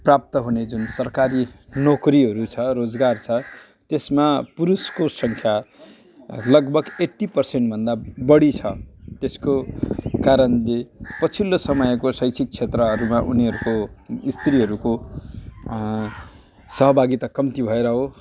प्राप्त हुने जुन सरकारी नोकरीहरू छ रोजगार छ त्यसमा पुरुषको सङ्ख्या लगभग एटी परसेन्टभन्दा बढी छ त्यसको कारणले पछिल्लो समयक शैक्षिक क्षेत्रहरूमा उनीहरूको स्त्रीहरूको सहभागिता कम्ती भएर हो